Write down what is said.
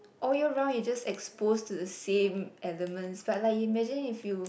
all year round you just expose to the same elements but like imagine if you